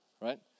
right